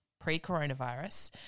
pre-coronavirus